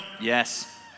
Yes